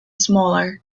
smaller